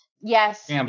Yes